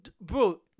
bro